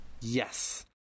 Yes